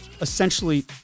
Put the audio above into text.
essentially